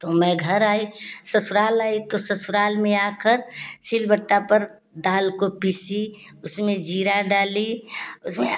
तो मैं घर आई ससुराल आई तो ससुराल में आकर सिल बट्टा पर दल को पीसी उसमें जीरा डाली उसमें